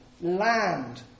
land